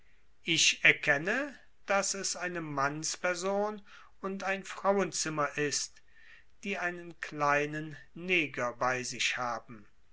ich erkenne daß es eine mannsperson und ein frauenzimmer ist die einen kleinen neger bei sich haben